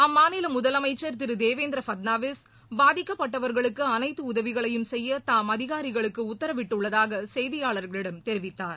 அம்மாநிலமுதலமைச்சர் திருதேவேந்திரபட்னாவிஸ் பாதிக்கபட்டவர்களுக்குஅனைத்துஉதவிகளையும் செய்யதாம் அதிகாரிகளுக்குஉத்தரவிட்டுள்ளதாகசெய்தியாளர்களிடம் தெரிவித்தார்